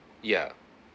yeah